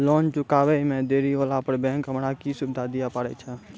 Loan चुकब इ मे देरी होला पर बैंक हमरा की सुविधा दिये पारे छै?